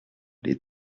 les